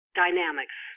dynamics